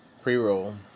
pre-roll